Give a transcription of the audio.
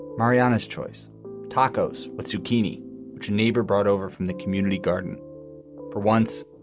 mariana's choice tacos with zucchini, which a neighbor brought over from the community garden for once,